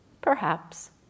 Perhaps